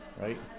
Right